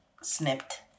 snipped